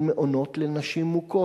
של מעונות לנשים מוכות?